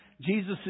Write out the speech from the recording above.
Jesus